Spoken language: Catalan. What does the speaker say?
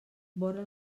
vora